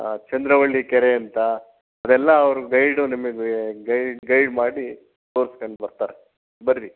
ಚಂದ್ರವಳ್ಳಿ ಕೆರೆ ಅಂತ ಅದೆಲ್ಲ ಅವರ ಗೈಡು ನಿಮಗೆ ಗೈಡ್ ಗೈಡ್ ಮಾಡಿ ತೋರಿಸಿಕೊಂಡು ಬರ್ತಾರೆ ಬರ್ರೀ